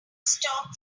stop